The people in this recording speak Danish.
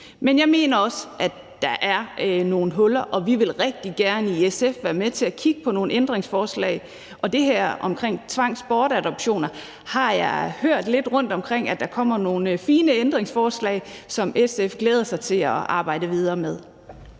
Men jeg mener også, at der er nogle huller, og vi vil rigtig gerne i SF være med til at kigge på nogle ændringsforslag. Og det her om tvangsbortadoptioner har jeg hørt lidt rundtomkring at der kommer nogle fine ændringsforslag til, som SF glæder sig til at arbejde videre med.